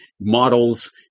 models